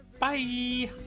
Bye